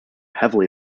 heavily